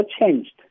changed